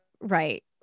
Right